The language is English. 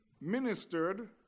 ministered